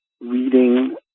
reading